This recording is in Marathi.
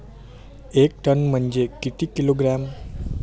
एक टन म्हनजे किती किलोग्रॅम?